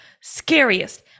scariest